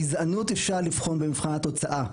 גזענות אפשר לבחון במבחן התוצאה.